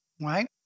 right